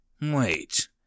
Wait